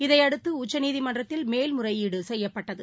இதையடுத்துஉச்சநீதிமன்றத்தில் மேல்முறையீடுசெய்யப்பட்டது